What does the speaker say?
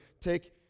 Take